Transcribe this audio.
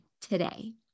today